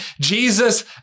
Jesus